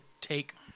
take